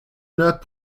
nerd